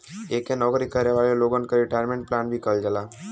एके नौकरी करे वाले लोगन क रिटायरमेंट प्लान भी कहल जाला